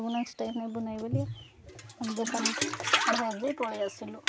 ସବୁ next time ନେଇଁ ବୋଲି ଆଗେ ପଳେଇ ଆସିଲୁ